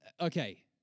Okay